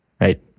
right